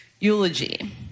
eulogy